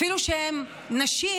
אפילו שהן נשים,